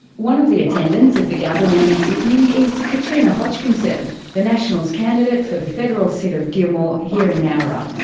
one of the attendants at the gathering this evening is katrina hodgkinson, the nationals candidate for the federal seat of gilmore, here in nowra.